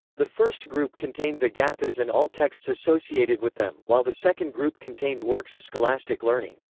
the first group contained the gathas and all texts associated with them, while the second group contained works of scholastic learning.